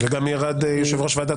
וגם ירד יושב ראש ועדת